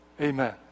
Amen